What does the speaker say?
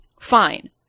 fine